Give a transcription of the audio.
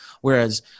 whereas